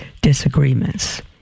disagreements